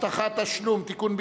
(הבטחת תשלום) (תיקון,